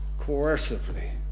coercively